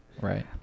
Right